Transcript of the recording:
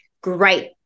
great